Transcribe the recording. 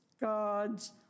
God's